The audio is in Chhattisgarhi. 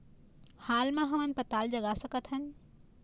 हाल मा हमन पताल जगा सकतहन?